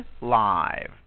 live